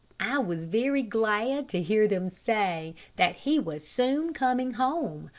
i was very glad to hear them say that he was soon coming home,